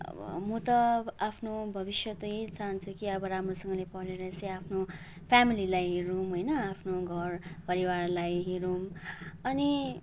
अब म त अब आफ्नो भविष्य त यही चाहन्छु कि अब राम्रोसँगले पढेर चाहिँ आफ्नो फ्यामिलीलाई हेरौँ होइन आफ्नो घरपरिवारलाई हेरौँ अनि